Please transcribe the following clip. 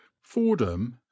fordham